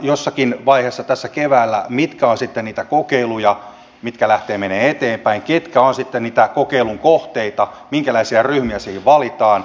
jossakin vaiheessa tässä keväällä me teemme linjauksia mitkä ovat sitten niitä kokeiluja mitkä lähtevät menemään eteenpäin ketkä ovat sitten niitä kokeilun kohteita minkälaisia ryhmiä siihen valitaan